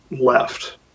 left